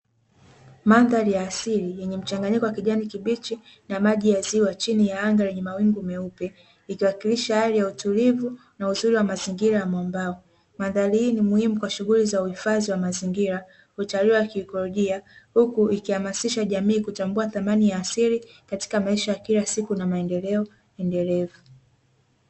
Mandhari ya asili yenye mchanganyiko wa kijani kibichi, na maji ya ziwa chini ya anga lenye mawingu maupe. Ikiwakilisha hali ya utulivu na uzuri wa mazingira ya mwambao. Mandhari hii ni muhimu kwa shughuli ya uhifadhi wa mazingira, utalii wa kiikolojia. Huku ikihamasisha jamii kutambua thamani ya asili, katika maisha ya kila siku na maendeleo endelevu.